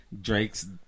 Drake's